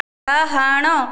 ଡାହାଣ